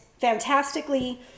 fantastically